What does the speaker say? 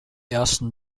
ersten